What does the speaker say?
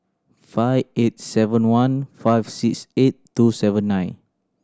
five eight seven one five six eight two seven nine